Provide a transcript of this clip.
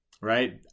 right